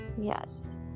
yes